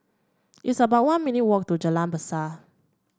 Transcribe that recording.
it's about one minute walk to Jalan Berseh